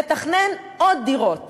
לתכנן עוד דירות